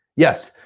yes,